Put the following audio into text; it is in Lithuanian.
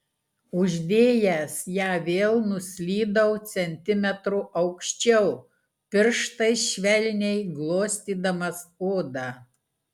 uždėjęs ją vėl nuslydau centimetru aukščiau pirštais švelniai glostydamas odą